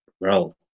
bro